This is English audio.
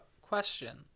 Question